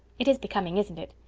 it is becoming, isn't it?